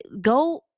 go